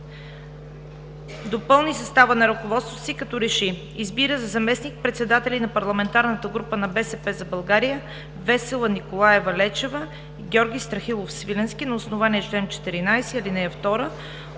допълни състава на ръководството си, като реши: Избира за заместник-председатели на парламентарната група на БСП за България Весела Николаева Лечева и Георги Страхилов Свиленски. На основание чл. 14, ал. 2